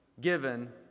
given